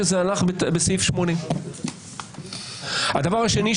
שזה הלך בסעיף 80. דבר שני,